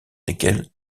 desquels